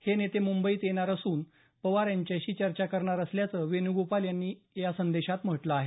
हे नेते मुंबईत येऊन पवार यांच्याशी चर्चा करणार असल्याचं वेणूगोपाल यांनी एका संदेशात म्हटलं आहे